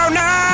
no